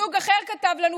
זוג אחר כתב לנו,